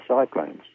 cyclones